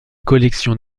collection